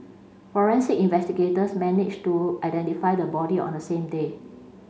forensic investigators managed to identify the body on the same day